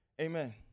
Amen